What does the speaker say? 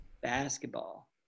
Basketball